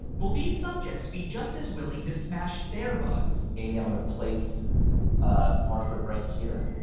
will these subjects be just as willing to smash their bugs? amy, i'm gonna place ah margaret right here.